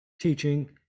teaching